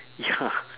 ya